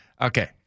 okay